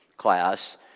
class